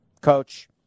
coach